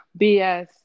BS